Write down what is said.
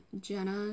Jenna